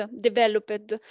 developed